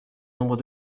nombre